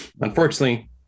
unfortunately